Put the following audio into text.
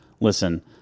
listen